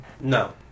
No